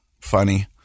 funny